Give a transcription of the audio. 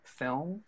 film